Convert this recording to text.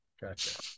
Gotcha